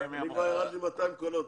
אמצעים.